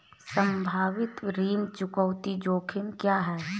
संभावित ऋण चुकौती जोखिम क्या हैं?